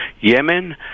Yemen